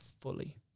fully